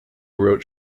wrote